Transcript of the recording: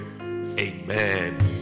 Amen